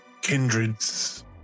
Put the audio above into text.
kindreds